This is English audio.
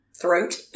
throat